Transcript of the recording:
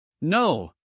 No